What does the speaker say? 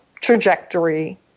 trajectory